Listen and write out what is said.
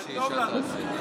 זה טוב לנו.